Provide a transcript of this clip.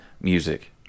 music